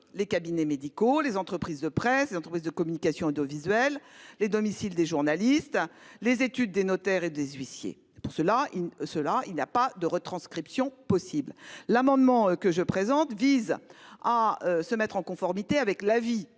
les cabinets médicaux, les entreprises de presse, les entreprises de communication audiovisuelle, les domiciles des journalistes, les études des notaires et des huissiers. Dans tous ces cas, il n'y a pas de retranscription possible. L'amendement que je présente vise à mettre le texte en conformité avec l'avis